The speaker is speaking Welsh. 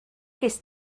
ges